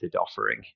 offering